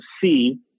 see